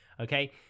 Okay